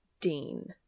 Dean